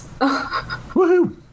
Woohoo